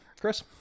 Chris